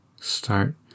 start